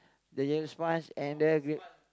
the yellow sponge and the g~